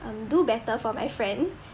um do better for my friend